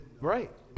right